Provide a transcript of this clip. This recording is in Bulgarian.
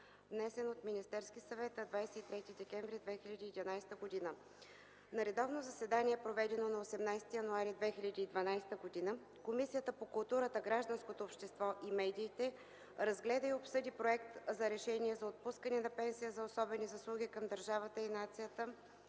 внесен от Министерски съвет на 23 декември 2011г. На редовно заседание, проведено на 18 януари 2012 г., Комисията по културата, гражданското общество и медиите разгледа и обсъди Проект за решение за отпускане на пенсия за особени заслуги към държавата и нацията,